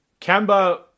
Kemba